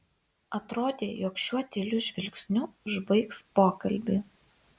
atrodė jog šiuo tyliu žvilgsniu užbaigs pokalbį